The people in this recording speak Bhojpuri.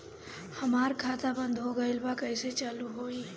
हमार खाता बंद हो गइल बा कइसे चालू होई?